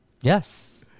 yes